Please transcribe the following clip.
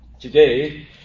today